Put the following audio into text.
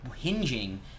hinging